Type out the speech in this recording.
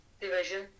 division